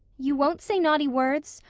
you won't say naughty words,